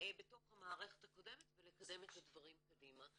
בתוך המערכת הקודמת ולקדם את הדברים קדימה.